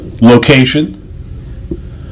location